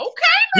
Okay